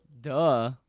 Duh